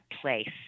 place